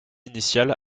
initial